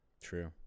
True